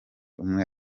umwe